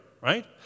right